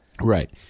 Right